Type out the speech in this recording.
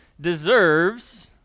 deserves